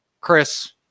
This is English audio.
Chris